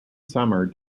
summer